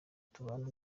tubana